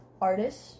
artist